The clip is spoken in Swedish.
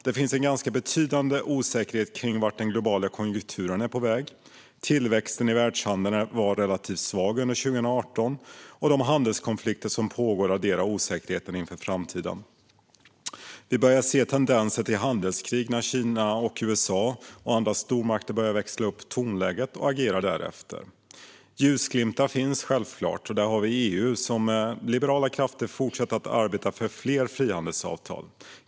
Det finns en ganska betydande osäkerhet kring vart den globala konjunkturen är på väg. Tillväxten i världshandeln var relativt svag under 2018, och de handelskonflikter som pågår adderar till osäkerheten inför framtiden. Vi börjar se tendenser till ett handelskrig när Kina, USA och andra stormakter börjar växla upp tonläget och agerar därefter. Ljusglimtar finns självklart. Där har vi EU som liberal kraft som fortsätter att arbeta för fler frihandelsavtal.